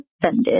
offended